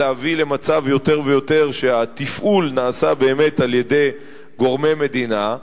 להביא יותר ויותר למצב שהתפעול נעשה באמת על-ידי גורמי מדינה.